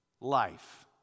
life